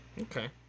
Okay